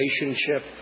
relationship